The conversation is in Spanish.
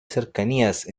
cercanías